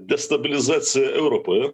destabilizacija europoje